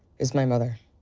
is my mother,